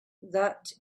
that